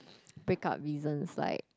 break up reasons like